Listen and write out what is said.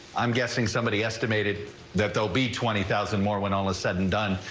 i'm guessing somebody estimated that they'll be twenty thousand more when all is said and done,